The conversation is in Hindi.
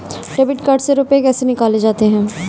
डेबिट कार्ड से रुपये कैसे निकाले जाते हैं?